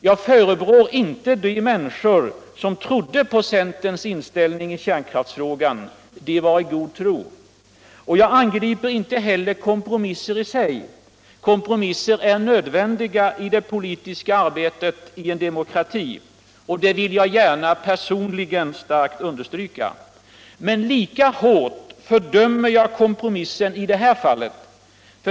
Jag förebrår inte de minniskor som trodde på centerns inställning i kärnkraftsfrågan. De var i god tro. Jag angriper inte heller kompromisser i sig. Kompromisser är nödvändiga I det politiska arbetet i en demokrati — det vill jag gärna personligen starkt understryka. Men lika hårt fördömer jag kompromissen i det här fallet.